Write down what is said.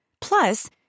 plus